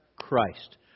Christ